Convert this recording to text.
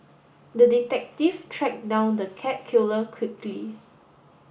the detective tracked down the cat killer quickly